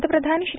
पंतप्रधान श्री